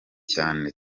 cyane